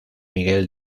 miguel